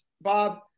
Bob